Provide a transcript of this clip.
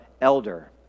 elder